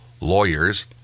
lawyers